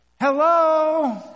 Hello